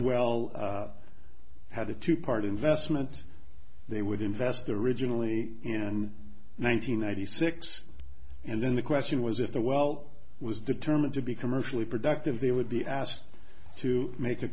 well had a two part investment they would invest the originally and nine hundred ninety six and then the question was if the well was determined to be commercially productive they would be asked to make a